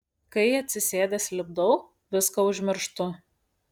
kai atsisėdęs lipdau viską užmirštu